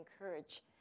encourage